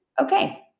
okay